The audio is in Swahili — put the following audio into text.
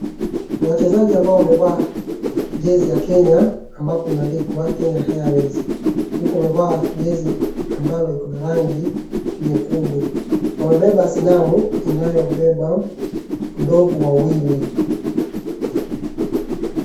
Kuna wachezaji ambao wamevaa jezi ya Kenya ambapo imeandikwa Kenya Airways huku wamevaa jezi ambalo iko na rangi nyekundu. Wamebeba sanamu inayobeba ndovu wawili.